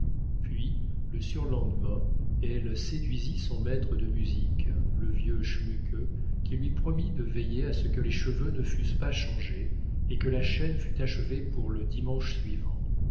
puis le surlendemain elle séduisit son maître de musique le vieux schmucke qui lui promit de veiller à ce que les cheveux ne fussent pas changés et que la chaîne fût achevée pour le dimanche suivant